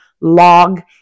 log